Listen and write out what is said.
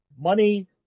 Money